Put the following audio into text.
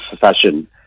fashion